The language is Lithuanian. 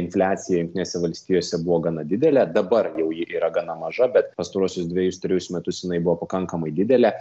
infliacija jungtinėse valstijose buvo gana didelė dabar jau ji yra gana maža bet pastaruosius dvejus trejus metus jinai buvo pakankamai didelė